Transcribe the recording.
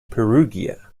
perugia